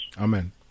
Amen